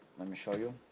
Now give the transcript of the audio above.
let me show you.